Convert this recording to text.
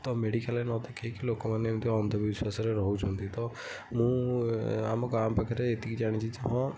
ତ ମେଡ଼ିକାଲ୍ରେ ନ ଦେଖେଇକି ଲୋକମାନେ ଏମିତି ଅନ୍ଧବିଶ୍ୱାସରେ ରହୁଛନ୍ତି ତ ମୁଁ ଆମ ଗାଁ ପାଖରେ ଏତିକି ଜାଣିଛି ଯେ ହଁ